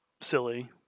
silly